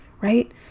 right